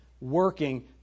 working